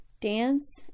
dance